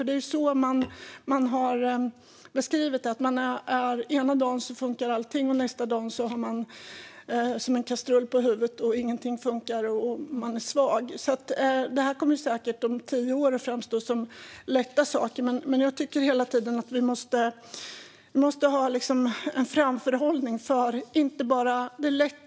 De beskriver det som att ena dagen funkar allt medan man nästa dag har som en kastrull på huvudet och inget funkar och man är svag. Om tio år kommer detta säkert att framstå som lätta saker, men vi måste hela tiden ha en framförhållning.